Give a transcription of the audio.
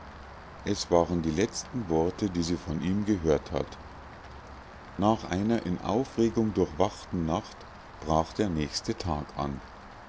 es waren die letzten worte die sie von ihm gehört hat nach einer in aufregung durchwachten nacht brach der nächste tag an